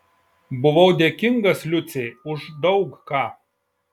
buvau dėkingas liucei už daug ką